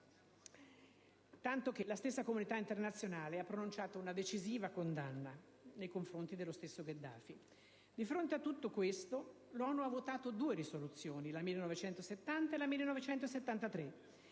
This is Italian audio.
tanto che la stessa comunità internazionale ha pronunciato una decisiva condanna nei confronti dello stesso Gheddafi. Di fronte a tutto questo, l'ONU ha votato due risoluzioni, la n. 1970 e la n.